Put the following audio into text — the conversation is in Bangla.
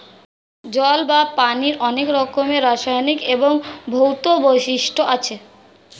জল বা পানির অনেক রকমের রাসায়নিক এবং ভৌত বৈশিষ্ট্য আছে